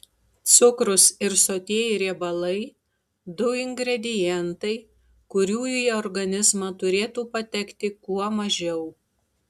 cukrus ir sotieji riebalai du ingredientai kurių į organizmą turėtų patekti kuo mažiau